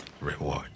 reward